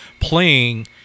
playing